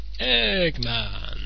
Eggman